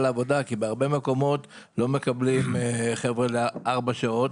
העבודה כי בהרבה מקומות לא מקבלים חבר'ה לארבע שעות.